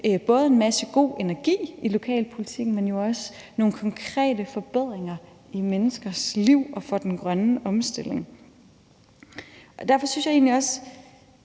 både en masse god energi i lokalpolitikken, men jo også nogle konkrete forbedringer i menneskers liv og for den grønne omstilling. Derfor synes jeg egentlig også,